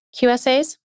QSAs